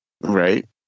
Right